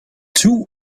two